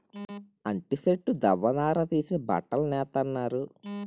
అంటి సెట్టు దవ్వ నార తీసి బట్టలు నేత్తన్నారు